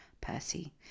Percy